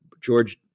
George